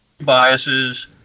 biases